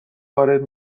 وارد